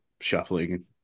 shuffling